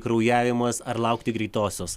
kraujavimas ar laukti greitosios